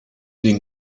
den